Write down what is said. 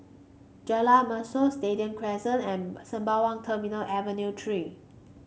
Jalan Mashor Stadium Crescent and Sembawang Terminal Avenue Three